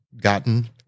gotten